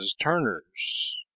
turner's